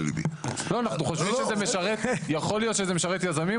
יכול להיות שזה משרת יזמים,